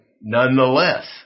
nonetheless